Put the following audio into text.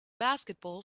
basketball